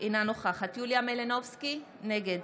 אינה נוכחת יוליה מלינובסקי, נגד